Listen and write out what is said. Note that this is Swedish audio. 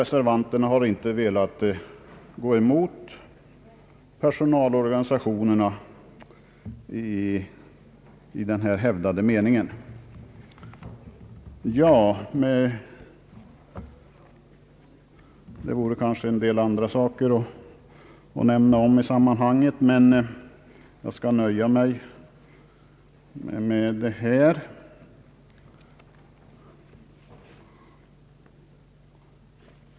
Reservanterna har inte velat gå emot personalorganisationerna. Herr talman! En del andra saker vore kanske att omnämna i sammanhanget, men jag skall nöja mig med detta.